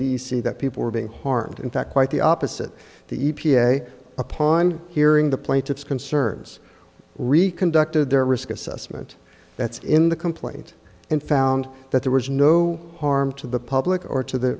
c that people were being harmed in fact quite the opposite the e p a upon hearing the plaintiffs conserves rican ducted their risk assessment that's in the complaint and found that there was no harm to the public or to the